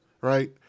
right